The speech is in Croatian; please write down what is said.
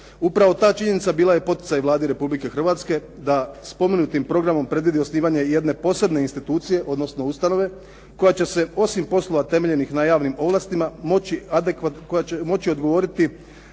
Upravo ta činjenica bila je poticaj Vladi Republike Hrvatske da spomenutim programom predvidi osnivanje i jedne posebne institucije, odnosno ustanove koja će se osim poslova temeljenih na javim ovlastima moći odgovoriti